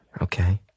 Okay